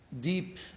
deep